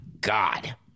God